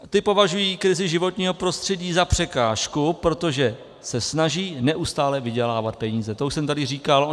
Ti považují krizi životního prostředí za překážku, protože se snaží neustále vydělávat peníze, to už jsem tady říkal.